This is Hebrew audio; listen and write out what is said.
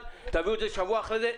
תביאו את זה שבוע אחר כך,